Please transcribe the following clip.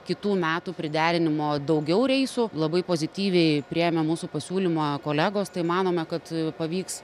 kitų metų priderinimo daugiau reisų labai pozityviai priėmė mūsų pasiūlymą kolegos tai manome kad pavyks